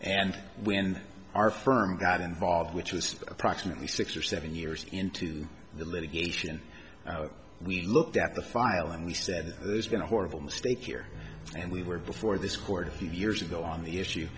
and when our firm got involved which was approximately six or seven years into the litigation we looked at the file and we said there's been a horrible mistake here and we were before this court a few years ago on the issue